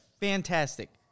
fantastic